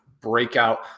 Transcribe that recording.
breakout